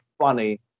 funny